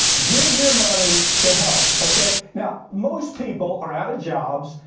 give your money to help. okay, now most people are out of jobs.